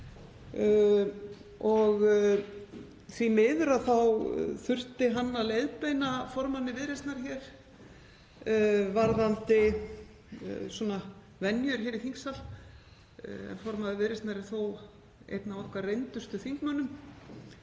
Því miður þurfti hann að leiðbeina formanni Viðreisnar varðandi venjur hér í þingsal. Formaður Viðreisnar er þó einn af okkar reyndustu þingmönnum